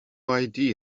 idea